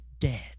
dead